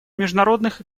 международных